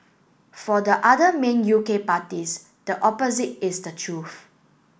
for the other main U K parties the opposite is the truth